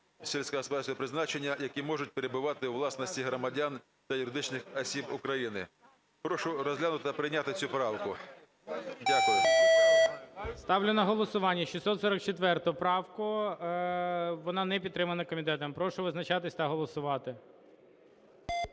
сільськогосподарського призначення, які можуть перебувати у власності громадян та юридичних осіб України". Прошу розглянути та прийняти цю правку. Дякую. ГОЛОВУЮЧИЙ. Ставлю на голосування 644 правку. Вона не підтримана комітетом. Прошу визначатись та голосувати.